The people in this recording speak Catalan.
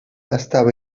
estava